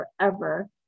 forever